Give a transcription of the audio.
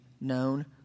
known